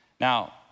Now